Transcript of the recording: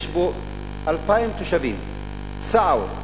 יש בו 2,000 תושבים, סעוה,